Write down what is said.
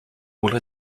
will